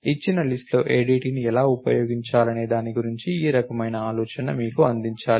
ఇచ్చిన లిస్ట్ లో ADTని ఎలా ఉపయోగించాలనే దాని గురించి ఈ రకమైన ఆలోచన మీకు అందించాలి